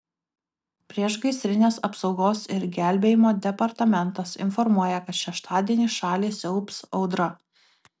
priešgaisrinės apsaugos ir gelbėjimo departamentas informuoja kad šeštadienį šalį siaubs audra